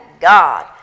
God